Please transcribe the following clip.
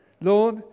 Lord